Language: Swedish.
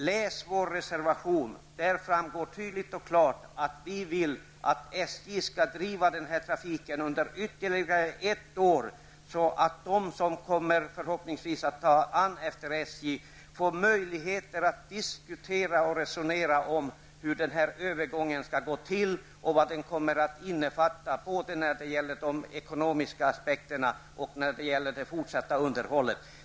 Läs vår reservation i vilken det tydligt och klart framgår att vi vill att SJ skall driva trafiken ytterligare ett år, så att de som förhoppningsvis kommer att ta över efter SJ får möjlighet att diskutera hur övergången skall gå till och vad den kommer att innefatta såväl ekonomiskt som i fråga om det fortsatta underhållet.